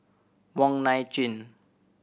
Wong Nai Chin